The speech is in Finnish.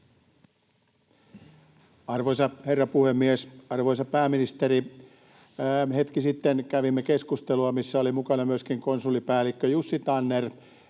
Arvoisa herra puhemies! Arvoisa pääministeri! Hetki sitten kävimme keskustelua, missä oli mukana myöskin konsulipäällikkö Jussi Tanner,